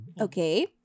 okay